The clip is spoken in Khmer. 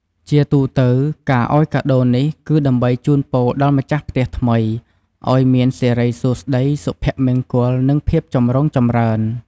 ជាទូទៅ ការឲ្យកាដូនេះ គឺដើម្បីជូនពរដល់ម្ចាស់ផ្ទះថ្មី ឲ្យមានសិរីសួស្តី សុភមង្គល និងភាពចម្រុងចម្រើន។